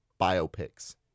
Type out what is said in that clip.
biopics